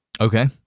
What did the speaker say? Okay